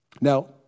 Now